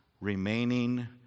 remaining